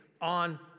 on